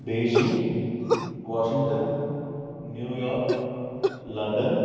Beijing Washington New York London